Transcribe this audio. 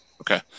Okay